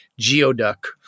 geoduck